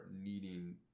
needing